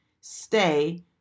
stay